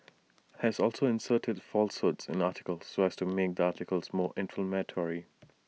has also inserted falsehoods in articles so as to make the articles more inflammatory